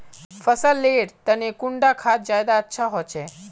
फसल लेर तने कुंडा खाद ज्यादा अच्छा होचे?